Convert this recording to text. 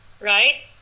right